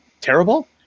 terrible